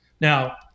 Now